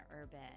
urban